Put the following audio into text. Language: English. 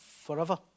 forever